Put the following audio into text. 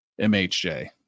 MHJ